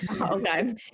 Okay